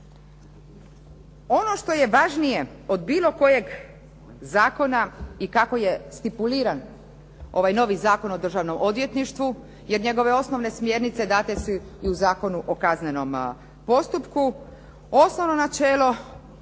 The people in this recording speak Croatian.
Ono što je važnije od bilo kojeg zakona i kako je stipuliran ovaj novi Zakon o državnom odvjetništvu jer njegove osnovne smjernice date i u Zakonu o kaznenom postupku. Osnovno načelo